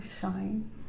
shine